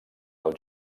dels